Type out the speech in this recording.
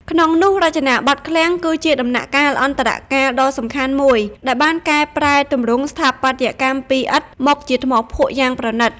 ក្នុងនោះ "រចនាបថឃ្លាំង" គឺជាដំណាក់កាលអន្តរកាលដ៏សំខាន់មួយ ដែលបានកែប្រែទម្រង់ស្ថាបត្យកម្មពីឥដ្ឋមកជាថ្មភក់យ៉ាងប្រណីត។